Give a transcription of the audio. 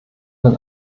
den